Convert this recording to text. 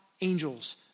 angels